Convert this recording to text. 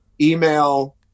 email